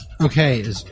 Okay